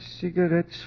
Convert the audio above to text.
cigarettes